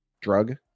drug